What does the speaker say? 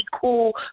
cool